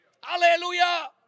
Hallelujah